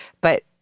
But-